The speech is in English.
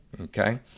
okay